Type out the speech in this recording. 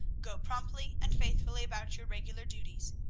go promptly and faithfully about your regular duties,